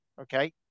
Okay